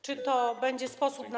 Czy to będzie sposób na.